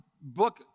book